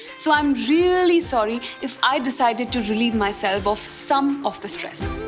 so i'm really sorry if i decided to relieve myself of some of the stress.